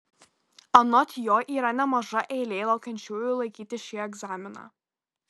anot jo yra nemaža eilė laukiančiųjų laikyti šį egzaminą